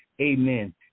Amen